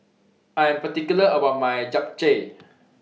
I Am particular about My Japchae